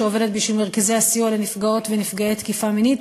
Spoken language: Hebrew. שעובדת בשביל מרכזי הסיוע לנפגעות ונפגעי תקיפה מינית,